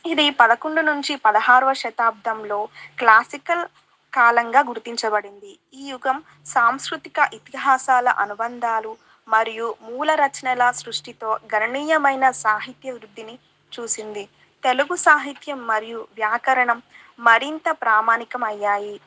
ఇది పదకొండు నుంచి పదహారవ శతాబ్దంలో క్లాసికల్ కాలంగా గుర్తించబడింది ఈ యుగం సాంస్కృతిక ఇతిహాసాల అనుబంధాలు మరియు మూల రచనల సృష్టితో గణనీయమైన సాహిత్య వృద్ధిని చూసింది తెలుగు సాహిత్యం మరియు వ్యాకరణం మరింత ప్రామానికమయ్యాయి